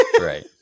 right